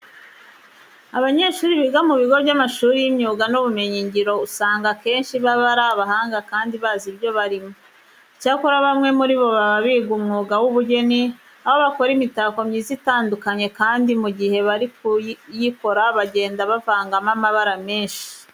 Abanyeshuri biga mu bigo by'amashuri y'imyuga n'ubumenyingiro usanga akenshi baba ari abahanga kandi bazi ibyo barimo. Icyakora bamwe muri bo baba biga umwuga w'ubugeni, aho bakora imitako myiza itandukanye kandi mu gihe bari kuyikora bagenda bavangamo amabara menshi.